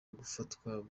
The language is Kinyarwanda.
gufatwa